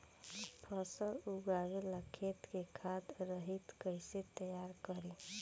फसल उगवे ला खेत के खाद रहित कैसे तैयार करी?